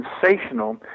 sensational